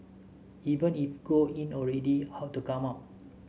even if go in already how to come out